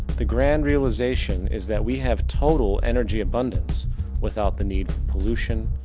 the grand realization is that we have total energy abundance without the need for pollution,